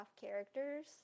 characters